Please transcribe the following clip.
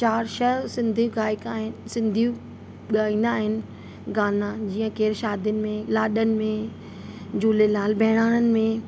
चार छह सिंधी गायका आहिनि सिंधियूं ॻाईंदा आहिनि गाना जीअं केरु शादियुनि में लाॾनि में झूलेलाल बहिराणनि में